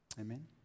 Amen